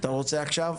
אתה רוצה עכשיו?